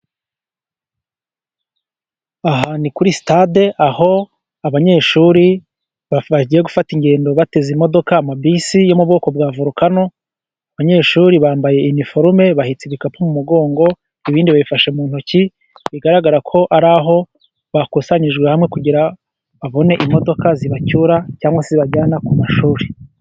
Aha ni kuri sitade aho abanyeshuri bagiye gufata ingendo, bateze imodoka amabisi yo mu bwoko bwa volkano, abanyeshuri bambaye iniforume bahetse ibikapu mu mugongo, ibindi babifashe mu ntoki bigaragara ko ari aho bakusanyirijwe hamwe, kugira ngo babone imodoka zibacyura cyangwa se zibajyana ku mashuri.